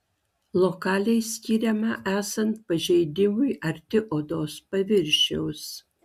lokaliai skiriama esant pažeidimui arti odos paviršiaus